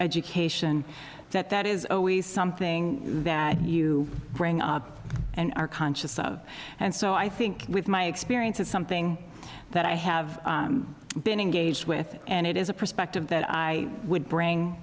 education that that is always something that you bring up and are conscious of and so i think with my experience it's something that i have been engaged with and it is a perspective that i would bring